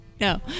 No